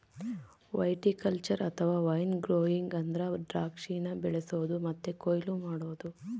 viticulture ಅಥವಾ wine growing ಅಂದ್ರ ದ್ರಾಕ್ಷಿನ ಬೆಳಿಸೊದು ಮತ್ತೆ ಕೊಯ್ಲು ಮಾಡೊದು